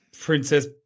Princess